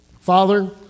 Father